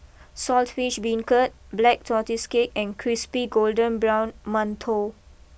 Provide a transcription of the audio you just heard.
Saltish Beancurd Black Tortoise Cake and Crispy Golden Brown Mantou